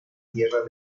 tierra